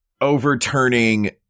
overturning